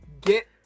Get